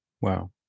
Wow